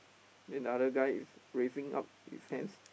then the other guy is raising up his hands